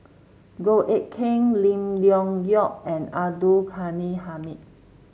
Goh Eck Kheng Lim Leong Geok and Abdul Ghani Hamid